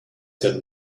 got